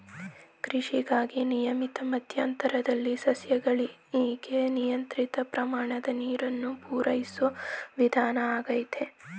ಕೃಷಿಗಾಗಿ ನಿಯಮಿತ ಮಧ್ಯಂತರದಲ್ಲಿ ಸಸ್ಯಗಳಿಗೆ ನಿಯಂತ್ರಿತ ಪ್ರಮಾಣದ ನೀರನ್ನು ಪೂರೈಸೋ ವಿಧಾನ ಆಗೈತೆ